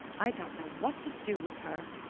i don't know what to do with her,